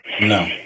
No